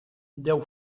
deu